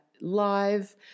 live